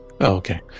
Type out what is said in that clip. Okay